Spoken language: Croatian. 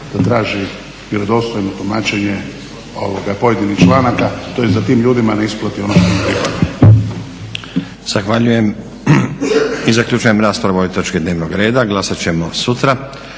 da traži vjerodostojno tumačenje pojedinih članaka, tj. da tim ljudima ne isplati ono što im pripada.